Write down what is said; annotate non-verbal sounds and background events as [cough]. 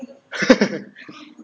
[laughs]